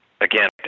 Again